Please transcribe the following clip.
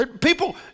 People